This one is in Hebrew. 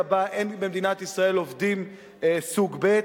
שבה אין במדינת ישראל עובדים סוג ב'.